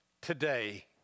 today